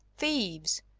thieves!